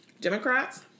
Democrats